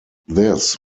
this